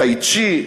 טאי-צ'י.